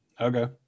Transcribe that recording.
Okay